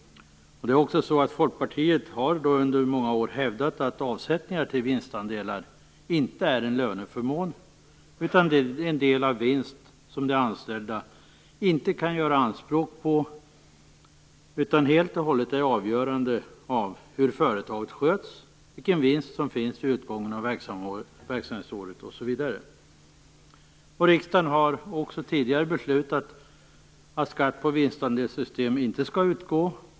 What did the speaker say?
Folkpartiet har under många år hävdat att avsättningar till vinstandelar inte är en löneförmån utan en del av vinsten som de anställda inte kan göra anspråk på, utan den är helt beroende av hur företaget sköts, vilken vinst som finns vid utgången av verksamhetsåret, osv. Riksdagen har också tidigare beslutat att skatt på vinstandelssystem inte skall utgå.